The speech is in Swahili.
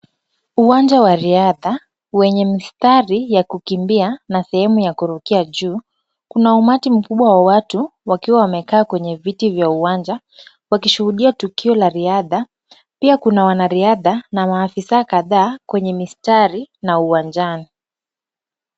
Uwanja wa riadha wenye mistari ya kukimbia na sehemu ya kurukia juu. Kuna umati mkubwa wa watu wakiwa wamekaa kwenye viti vya uwanja wakishuhudia tukio la riadha . Pia kuna wanariadha na maafisa kadhaa kwenye mistari na uwanjani.